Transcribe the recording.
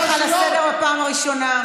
אני קוראת אותך לסדר בפעם הראשונה.